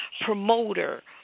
promoter